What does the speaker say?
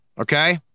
Okay